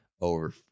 over